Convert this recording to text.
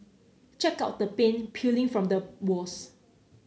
check out the paint peeling from the walls